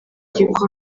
gikorwa